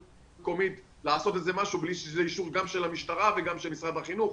מקומית לעשות משהו בלי שיהיה אישור גם של המשטרה וגם של משרד החינוך,